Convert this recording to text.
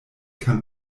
kann